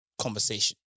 conversation